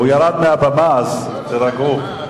הוא ירד מהבמה, אז תירגעו.